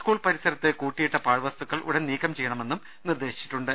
school പരിസരത്ത് കൂട്ടിയിട്ട പാഴ്വസ്തുക്കൾ ഉടൻ നീക്കം ചെയ്യണമെന്നും നിർദ്ദേശിച്ചിട്ടുണ്ട്